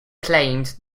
claimed